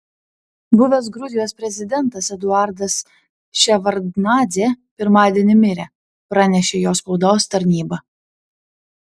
buvęs gruzijos prezidentas eduardas ševardnadzė pirmadienį mirė pranešė jo spaudos tarnyba